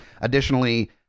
Additionally